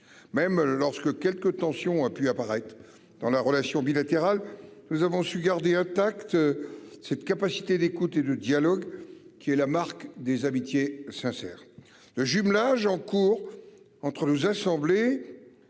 même lorsque quelques tensions a pu apparaître dans la relation bilatérale. Nous avons su garder. Cette capacité d'écoute et de dialogue qui est la marque des amitiés sincères. Le jumelage en cours entre nous assemblées.